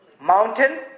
mountain